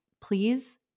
please